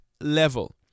level